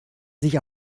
sich